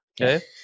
Okay